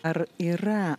ar yra